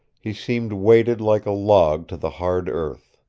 he seemed weighted like a log to the hard earth.